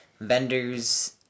vendors